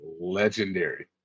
legendary